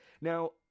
Now